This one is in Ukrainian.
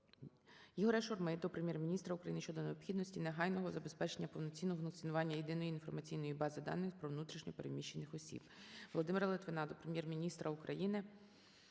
ІгоряШурми до Прем'єр-міністра України щодо необхідності негайного забезпечення повноцінного функціонування Єдиної інформаційної бази даних про внутрішньо переміщених осіб. Володимира Литвина до Прем'єр-міністра України,